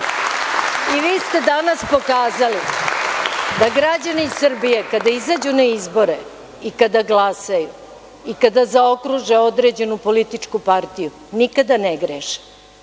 vas. Vi ste danas pokazali da građani Srbije, kada izađu na izbore i kada glasaju i kada zaokruže određenu političku partiju, nikada ne greše